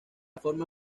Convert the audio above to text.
forma